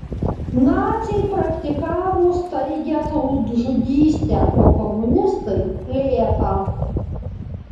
naciai praktikavo staigią tautžudystę o komunistai lėtą